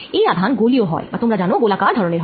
যেই আধান গোলীয় হয় বা তোমরা জানো গোলাকার ধরনের হয়